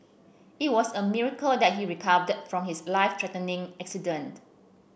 it was a miracle that he recovered from his life threatening accident